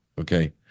Okay